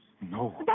No